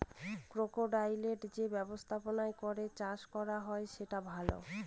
ক্রোকোডাইলের যে ব্যবস্থাপনা করে চাষ করা হয় সেটা ভালো